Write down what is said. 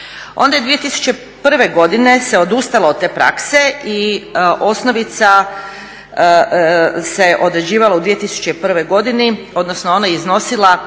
Onda je 2001. godine se odustalo od te prakse i osnovica se određivala u 2001. godini odnosno ona je iznosila